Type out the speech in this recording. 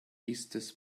estes